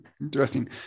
Interesting